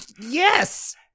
yes